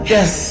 Yes